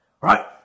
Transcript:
right